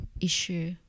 issue